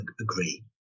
agree